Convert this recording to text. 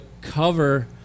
cover